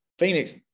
Phoenix